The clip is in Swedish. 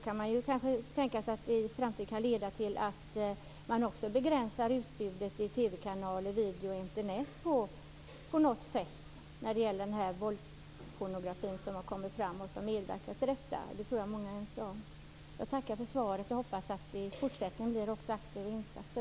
Man kan kanske också tänka sig att i framtiden begränsa utbudet i TV-kanaler, videofilmer och på Internet när det gäller den våldspornografi som har bidragit till detta. Det tror jag att många är ense om. Jag tackar för svaret och hoppas att vi i fortsättningen ser aktiva insatser.